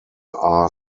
are